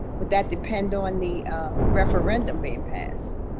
but that depend on the referendum being passed?